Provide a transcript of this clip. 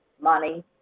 money